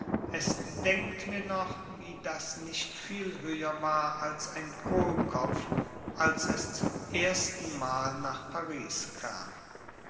es denkt mir noch wie das nicht viel höher war als ein kohlhaupt als es zum erstenmal nach paris kam